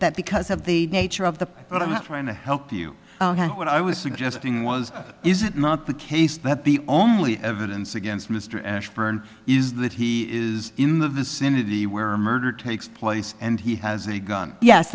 that because of the nature of the thought i'm not trying to help you on what i was suggesting was is it not the case that the only evidence against mr ashburn is that he is in the vicinity where a murder takes place and he has a gun yes